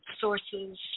sources